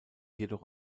jedoch